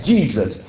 Jesus